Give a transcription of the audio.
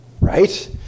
Right